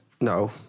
no